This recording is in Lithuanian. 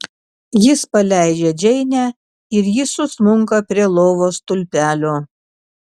jis paleidžia džeinę ir ji susmunka prie lovos stulpelio